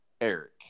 Eric